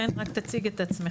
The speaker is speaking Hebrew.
חן, רק תציג את עצמך.